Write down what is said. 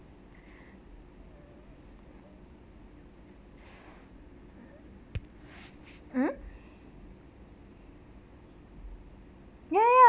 mm ya ya